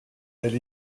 elle